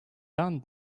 done